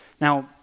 now